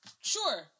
sure